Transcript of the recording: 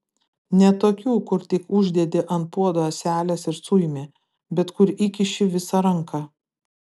ne tokių kur tik uždedi ant puodo ąselės ir suimi bet kur įkiši visą ranką